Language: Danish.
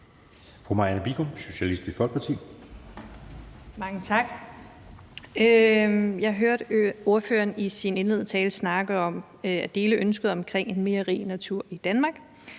Jeg hørte ordføreren i sin indledende tale snakke om at dele ønsket om en mere rig natur i Danmark,